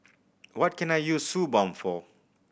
what can I use Suu Balm for